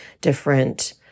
different